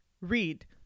read